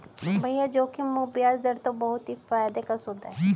भैया जोखिम मुक्त बयाज दर तो बहुत ही फायदे का सौदा है